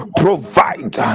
provide